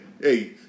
hey